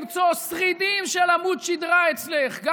למצוא שרידים של עמוד שדרה אצלך,